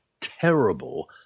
terrible